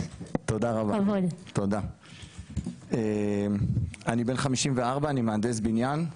שלום לכולם, אני בן 54, אני מהנדס בניין,